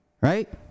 right